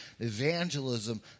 evangelism